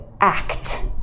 act